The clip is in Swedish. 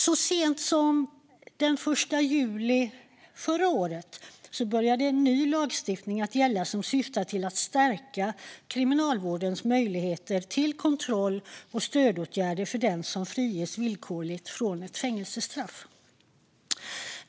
Så sent som den 1 juli förra året började ny lagstiftning gälla som syftar till att stärka Kriminalvårdens möjligheter till kontroll och stödåtgärder för den som friges villkorligt från ett fängelsestraff.